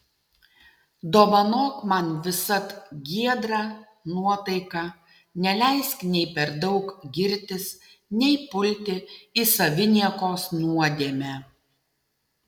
dovanok man visad giedrą nuotaiką neleisk nei per daug girtis nei pulti į saviniekos nuodėmę